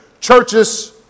Churches